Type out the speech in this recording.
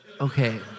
Okay